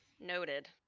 noted